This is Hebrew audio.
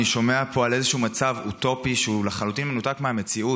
אני שומע פה על איזשהו מצב אוטופי שהוא לחלוטין מנותק מהמציאות,